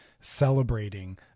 celebrating